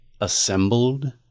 assembled